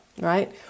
right